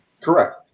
Correct